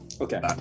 Okay